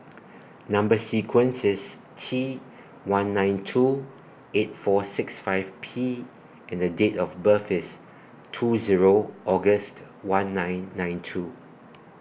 Number sequence IS T one nine two eight four six five P and Date of birth IS two Zero August one nine nine two